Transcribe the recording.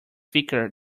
thicker